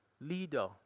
leader